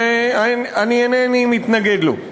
שאני אינני מתנגד לו.